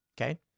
Okay